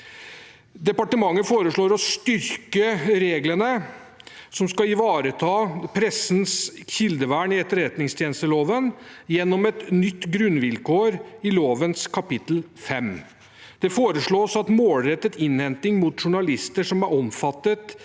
Departementet foreslår å styrke reglene som skal ivareta pressens kildevern i etterretningstjenesteloven gjennom et nytt grunnvilkår i lovens kapittel 5. Det foreslås at målrettet innhenting mot journalister som er omfattet